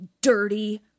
dirty